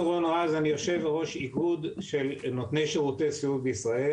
אני יושב-ראש איגוד של נותני שירותי סיעוד בישראל.